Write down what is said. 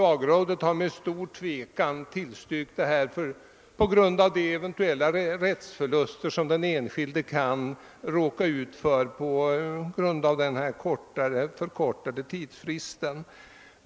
Lagrådet har tillstyrkt ändringsförslaget men har därvidlag varit mycket tveksamt på grund av de rättsförluster som den enskilde kan råka ut för på grund av den förkortade tidsfristen.